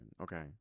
Okay